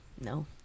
No